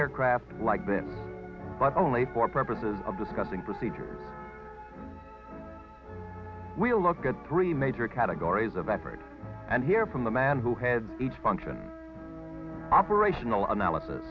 aircraft like that but only for purposes of discussing procedures we'll look at three major categories of average and hear from the man who had each function operational analysis